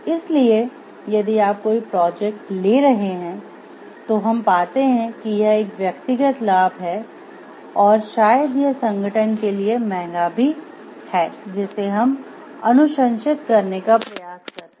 इसलिए यदि आप कोई प्रोजेक्ट ले रहे हैं तो हम पाते हैं कि यह एक व्यक्तिगत लाभ है और शायद यह संगठन के लिए महंगा भी है जिसे हम अनुशंसित करने का प्रयास करते हैं